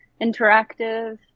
interactive